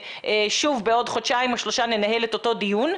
ששוב בעוד חודשיים או שלושה ננהל את אותו דיון.